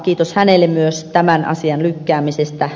kiitos hänelle myös tämän asian lykkäämisestä